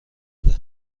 بده